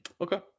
Okay